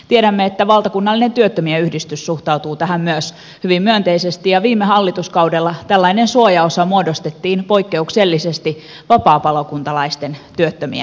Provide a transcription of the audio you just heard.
tiedämme että valtakunnallinen työttömien yhdistys suhtautuu tähän myös hyvin myönteisesti ja viime hallituskaudella tällainen suojaosa muodostettiin poikkeuksellisesti vapaapalokuntalaisten työttömien osalta